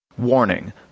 Warning